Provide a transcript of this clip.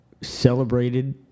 celebrated